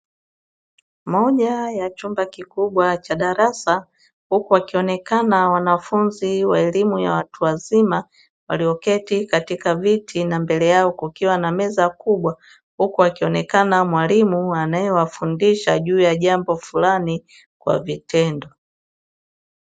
Moja ya chumba kikubwa cha darasa, huku wakionekana wanafunzi wa elimu ya watu wazima walioketi katika viti na mbele yao kukiwa na meza kubwa. Huku akionekana mwalimu anaewafundisha juu ya jambo fulani kwa vitendo.